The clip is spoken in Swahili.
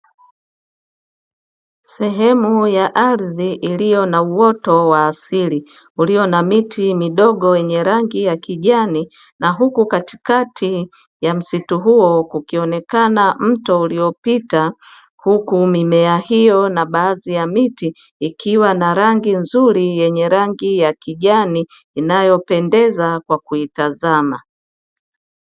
Sehemu ya ardhi iliyo na uoto wa asili ulio na miti midogo yenye rangi ya kijani na huku katikati ya msitu huo kukionekana mto uliopita huku mimea hiyo na baadhi ya miti ikiwa na rangi nzuri yenye rangi ya kijani inayopendeza kwa kuitazama.